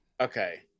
Okay